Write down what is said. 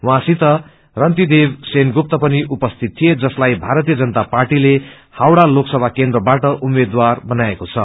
उहाँसित रंतिदेव सेनगुपता पनि उपस्थित थिए जसलाई भारतीय जनाता पाटीले हावड़ा लोकसभा केन्द्रबाट उम्मेद्वार बनाएका छन्